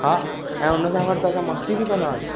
हा ऐं हुन सां गॾु मस्ती बि कंदा हुयासीं